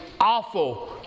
awful